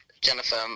Jennifer